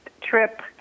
trip